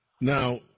Now